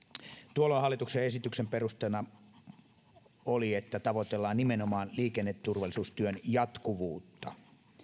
tuolloin hallituksen esityksen perusteena oli että tavoitellaan nimenomaan liikenneturvallisuustyön jatkuvuutta